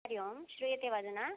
हरिः ओं श्रूयते वा अधुना